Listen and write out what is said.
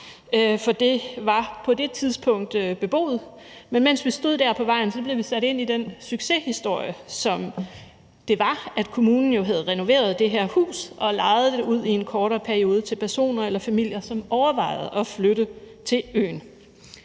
for det var på det tidspunkt beboet, men mens vi stod der på vejen, blev vi sat ind i den succeshistorie, det var, at kommunen jo havde renoveret det her hus og lejet det ud i en kortere periode til personer eller familier, som overvejede at flytte til øen